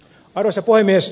arvoisa puhemies